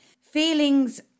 Feelings